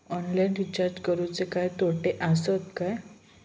Online recharge करुचे काय तोटे आसत काय?